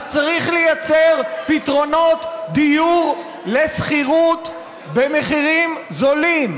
אז צריך לייצר פתרונות דיור לשכירות במחירים זולים.